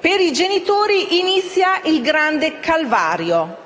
per i genitori inizia il grande calvario.